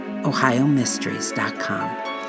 OhioMysteries.com